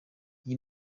iyi